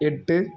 எட்டு